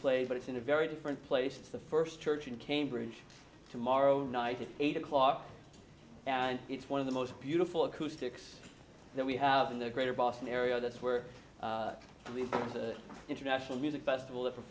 played but it's in a very different place it's the first church in cambridge tomorrow night at eight o'clock and it's one of the most beautiful acoustics that we have in the greater boston area that's where the international music festival